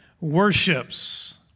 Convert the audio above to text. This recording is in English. worships